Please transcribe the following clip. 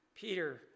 Peter